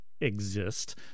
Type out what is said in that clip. Exist